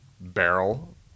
barrel